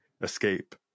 escape